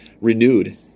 renewed